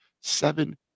seven